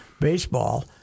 baseball